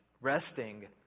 Resting